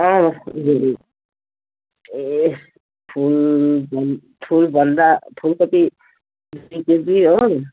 अँ ज्यु ज्यु ए फुल भन् फुल भन्दा फुल कोपी दुई केजी हो